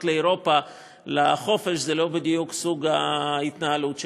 לאירופה לחופש זה לא בדיוק סוג ההתנהלות שלהן.